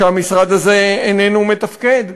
שהמשרד הזה איננו מתפקד,